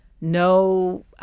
no